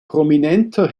prominenter